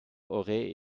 aurait